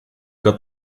got